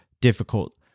difficult